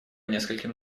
нескольким